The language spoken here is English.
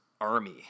Army